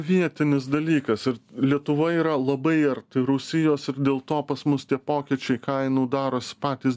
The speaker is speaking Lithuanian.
vietinis dalykas ir lietuva yra labai arti rusijos ir dėl to pas mus tie pokyčiai kainų darosi patys